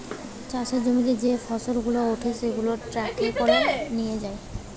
চাষের জমিতে যে ফসল গুলা উঠে সেগুলাকে ট্রাকে করে নিয়ে যায়